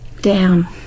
down